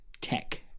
tech